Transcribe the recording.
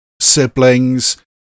siblings